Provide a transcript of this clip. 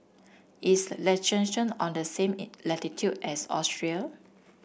is Liechtenstein on the same latitude as Austria